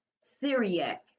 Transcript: Syriac